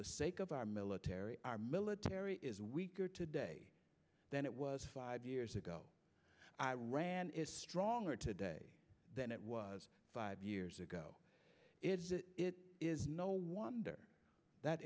the sake of our military our military is weaker today than it was five years ago iran is stronger today than it was five years ago it is no wonder that